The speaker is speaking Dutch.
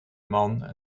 man